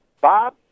Bob